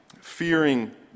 fearing